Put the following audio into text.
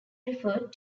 referred